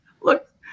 look